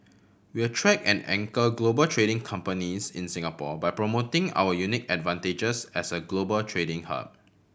we attract and anchor global trading companies in Singapore by promoting our unique advantages as a global trading hub